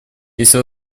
если